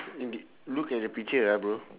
eh dey look at the picture ah bro